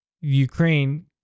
Ukraine